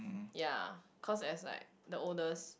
ya cause it's like the oldest